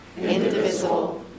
indivisible